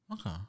Okay